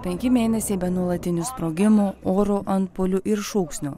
penki mėnesiai be nuolatinių sprogimų oro antpuolių ir šūksnių